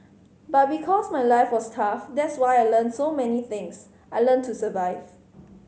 but because my life was tough that's why I learnt so many things I learnt to survive